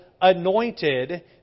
anointed